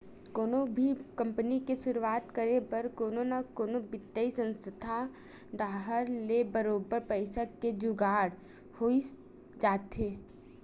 कोनो भी कंपनी के सुरुवात करे बर कोनो न कोनो बित्तीय संस्था डाहर ले बरोबर पइसा के जुगाड़ होई जाथे